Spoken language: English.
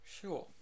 Sure